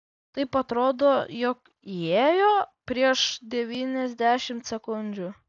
taip atrodo jog įėjo prieš devyniasdešimt sekundžių